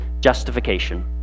justification